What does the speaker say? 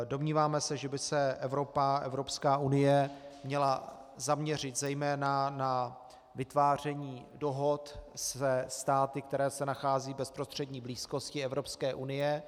Domníváme se, že by se Evropská unie měla zaměřit zejména na vytváření dohod se státy, které se nacházejí v bezprostřední blízkosti Evropské unie.